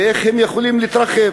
ואיך הם יכולים להתרחב?